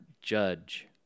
judge